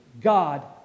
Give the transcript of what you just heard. God